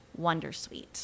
Wondersuite